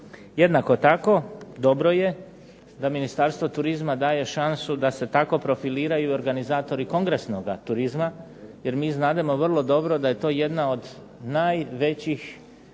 Jednako tako dobro je da Ministarstvo turizma daje šansu da se tako profiliraju i organizatori kongresnoga turizma, jer mi znademo vrlo dobro da je to jedna od najvećih,